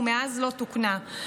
ומאז לא תוקנה.